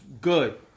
good